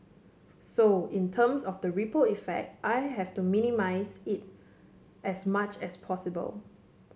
so in terms of the ripple effect I have to minimise it as much as possible